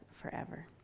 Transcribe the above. forever